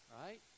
right